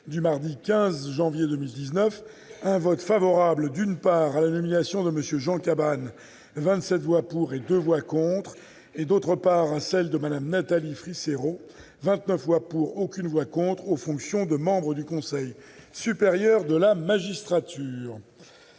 du mardi 15 janvier 2019, un vote favorable, d'une part, à la nomination de M. Jean Cabannes- 27 voix pour, 2 voix contre -et, d'autre part, à celle de Mme Natalie Fricero- 29 voix pour, aucune voix contre -aux fonctions de membre du Conseil supérieur de la magistrature.